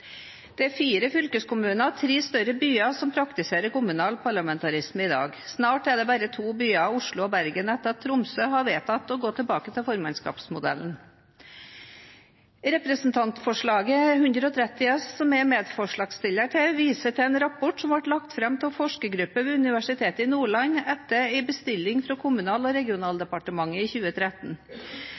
er fire fylkeskommuner og tre større byer som praktiserer kommunal parlamentarisme i dag. Snart er det bare to byer, Oslo og Bergen, etter at Tromsø har vedtatt å gå tilbake til formannskapsmodellen. Representantforslaget, Dokument 8:130 S for 2014–2015, som jeg er medforslagsstiller til, viser til en rapport som ble lagt fram av en forskergruppe ved Universitetet i Nordland etter en bestilling fra Kommunal- og regionaldepartementet i 2013.